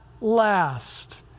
last